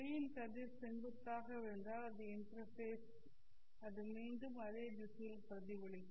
ஒளியின் கதிர் செங்குத்தாக விழுந்தால் அது இன்டெர் ஃபேஸ் அது மீண்டும் அதே திசையில் பிரதிபலிக்கும்